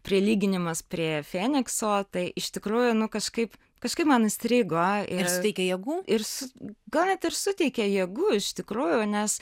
prilyginimas prie fenikso tai iš tikrųjų nu kažkaip kažkaip man įstrigo ir suteikė jėgų ir su gal net ir suteikė jėgų iš tikrųjų nes